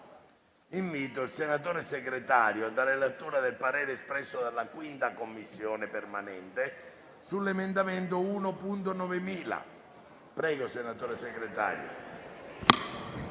Invito il senatore Segretario a dare lettura del parere espresso dalla 5a Commissione permanente sull'emendamento 1.900, interamente sostitutivo